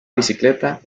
bicicleta